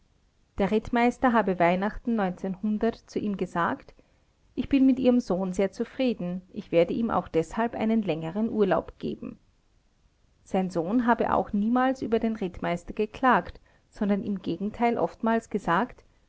der rittmeister habe weihnachten zu ihm gesagt ich bin mit ihrem sohn sehr zufrieden ich werde ihm auch deshalb einen längeren urlaub geben sein sohn habe auch niemals über den rittmeister geklagt sondern im gegenteil oftmals gesagt